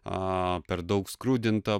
a per daug skrudinta